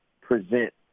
present